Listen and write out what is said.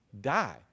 die